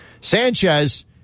Sanchez